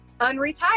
unretired